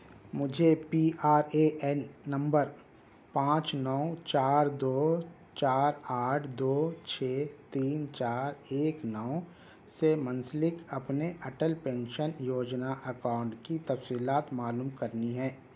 مجھے P R A N number پانچ نو چار دو چار آٹھ دو چھ تین چار ایک نو سے منسلک اپنے اٹل پینشن یوجنا اکاؤنٹ کی تفصیلات معلوم کرنی ہے